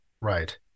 Right